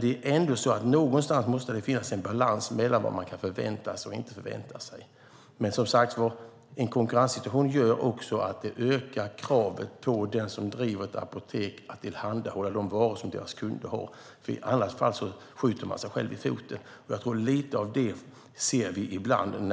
Det måste dock finnas en balans mellan vad man kan förvänta sig och inte förvänta sig. I en konkurrenssituation ökar kravet på den som driver ett apotek att tillhandahålla de varor som kunderna efterfrågar. I annat fall skjuter man sig själv i foten. I diskussionen kommer man ibland